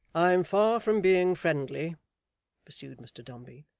i am far from being friendly pursued mr dombey,